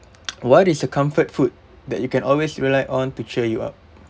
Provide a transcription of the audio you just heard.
what is a comfort food that you can always rely on to cheer you up